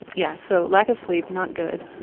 yeah, so lack of sleep, not good,